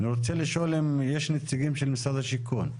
אני רוצה לשאול אם יש נציגים של משרד השיכון.